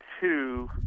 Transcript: two